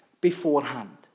beforehand